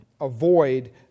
Avoid